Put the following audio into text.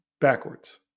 backwards